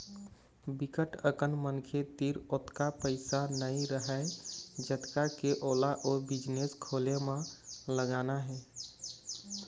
बिकट अकन मनखे तीर ओतका पइसा नइ रहय जतका के ओला ओ बिजनेस खोले म लगाना हे